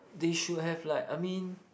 they should have like I mean